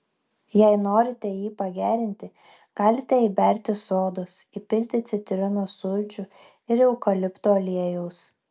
jei norite jį pagerinti galite įberti sodos įpilti citrinos sulčių ir eukalipto aliejaus